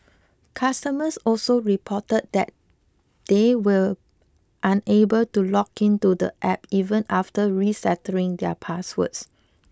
customers also reported that they were unable to log in to the App even after resetting their passwords